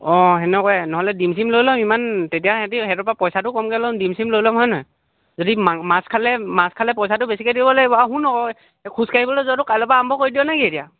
অঁ সেনেকুৱাই নহ'লে ডিম চিম লৈ ল'ম ইমান তেতিয়া সেহেঁতি সেহেঁতৰপৰা পইচাটোও কমকৈ ল'ম ডিম চিম লৈ লম হয় নহয় যদি মাছ খালে মাছ খালে পইচাটো বেছিকৈ দিব লাগিব আৰু শুন আকৌ এই খোজাঢ়িবলৈ যোৱাটো কাইলৈৰপৰা আৰম্ভ কৰি দিয় নেকি এতিয়া